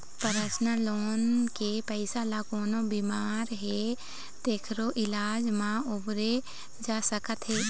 personal loan के पइसा ल कोनो बेमार हे तेखरो इलाज म बउरे जा सकत हे